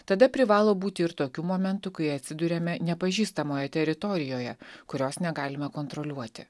tada privalo būti ir tokių momentų kai atsiduriame nepažįstamoje teritorijoje kurios negalime kontroliuoti